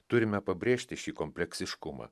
turime pabrėžti šį kompleksiškumą